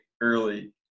early